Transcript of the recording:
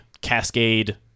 cascade